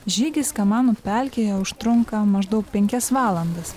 žygis kamanų pelkėje užtrunka maždaug penkias valandas